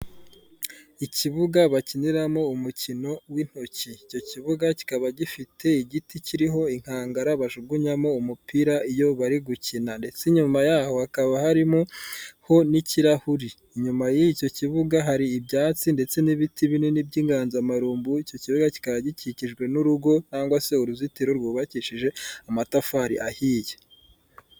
Ikibuga bakiniramo umukino w'intoki, icyo kibuga kikaba gifite igiti kiriho inkangara bajugunyamo umupira iyo bari gukina ndetse inyuma yaho hakaba hariho n'ikirahuri, inyuma y'icyo kibuga hari ibyatsi ndetse n'ibiti binini by'inganzamarumbo, icyo kibuga kikaba gikikijwe n'urugo cyangwa se uruzitiro rwubakishije amatafari ahiye.